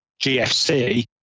GFC